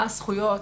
מה הזכויות,